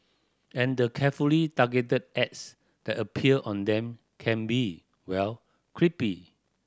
and the carefully targeted ads that appear on them can be well creepy